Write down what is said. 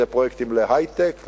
אלה פרויקטים להיי-טק,